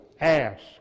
Ask